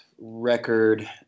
record